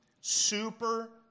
super